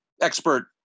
expert